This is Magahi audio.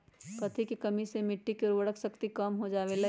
कथी के कमी से मिट्टी के उर्वरक शक्ति कम हो जावेलाई?